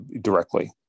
directly